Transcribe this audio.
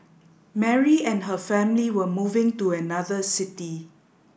Mary and her family were moving to another city